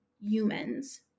humans